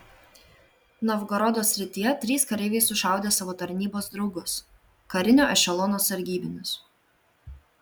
novgorodo srityje trys kareiviai sušaudė savo tarnybos draugus karinio ešelono sargybinius